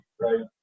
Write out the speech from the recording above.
right